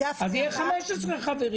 15 חברים